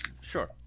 Sure